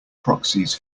proxies